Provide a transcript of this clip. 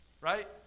Right